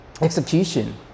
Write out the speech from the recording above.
execution